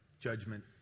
judgment